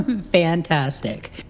Fantastic